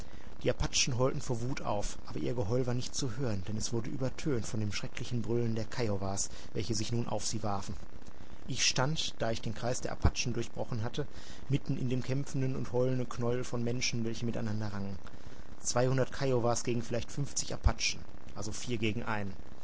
die apachen heulten vor wut auf aber ihr geheul war nicht zu hören denn es wurde übertönt von dem schrecklichen brüllen der kiowas welche sich nun auf sie warfen ich stand da ich den kreis der apachen durchbrochen hatte mitten in dem kämpfenden und heulenden knäuel von menschen welche miteinander rangen zweihundert kiowas gegen vielleicht fünfzig apachen also vier gegen einen